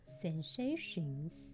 sensations